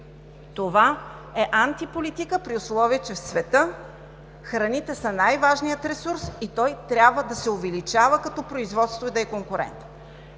Това е анти-политика, при условие че в света храните са най-важният ресурс и той трябва да се увеличава като производство и да е конкурентен.